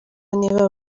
niba